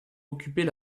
occupait